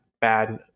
bad